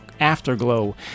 afterglow